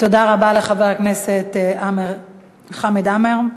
תודה רבה לחבר הכנסת חמד עמאר.